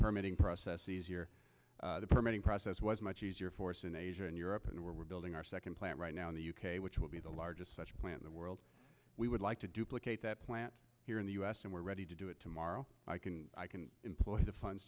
permitting process easier the permitting process was much easier for us in asia and europe and we're building our second plant right now in the u k which will be the largest such plan in the world we would like to duplicate that plant here in the u s and we're ready to do it tomorrow i can employ the funds